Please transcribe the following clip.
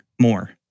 more